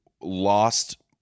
lost –